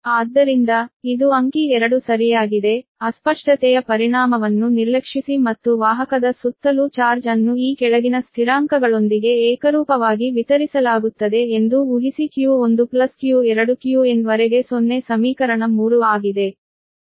ಆದ್ದರಿಂದ ಇದು ಅಂಕಿ 2 ಸರಿಯಾಗಿದೆ ಅಸ್ಪಷ್ಟತೆಯ ಪರಿಣಾಮವನ್ನು ನಿರ್ಲಕ್ಷಿಸಿ ಮತ್ತು ವಾಹಕದ ಸುತ್ತಲೂ ಚಾರ್ಜ್ ಅನ್ನು ಈ ಕೆಳಗಿನ ಸ್ಥಿರಾಂಕಗಳೊಂದಿಗೆ ಏಕರೂಪವಾಗಿ ವಿತರಿಸಲಾಗುತ್ತದೆ ಎಂದು ಊಹಿಸಿ q1 q2 qn ವರೆಗೆ 0 ಸಮೀಕರಣ 3 ಆಗಿದೆ